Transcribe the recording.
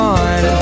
on